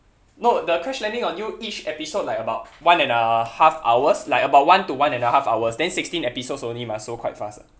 no the crash landing on you each episode like about one and a half hours like about one to one and a half hours then sixteen episodes only mah so quite fast ah